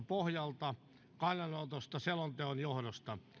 pohjalta kannanotosta selonteon johdosta